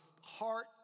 heart